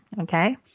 okay